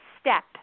step